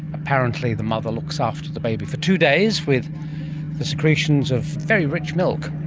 apparently the mother looks after the baby for two days with the secretions of very rich milk,